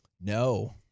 No